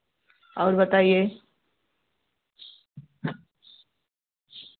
और बताइए